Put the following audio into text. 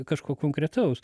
kažko konkretaus